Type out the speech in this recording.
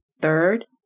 Third